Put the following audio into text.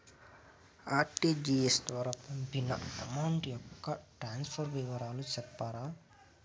RTGS ద్వారా పంపిన amount యొక్క ట్రాన్స్ఫర్ వివరాలు సెప్తారా